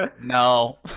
No